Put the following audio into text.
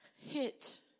hit